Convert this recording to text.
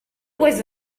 was